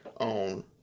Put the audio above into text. on